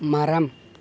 மரம்